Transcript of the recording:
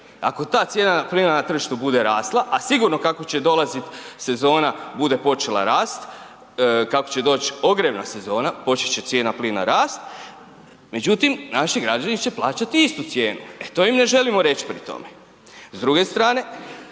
Ako ta cijena plina na tržištu bude rasla a sigurno kako će dolazit sezona bude počela rast, kako će doći ogrjevna sezona, počet će cijena plina rast, međutim naši građani će plaćati istu cijenu, e to im ne želimo reći pri tome. S druge strane,